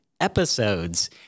episodes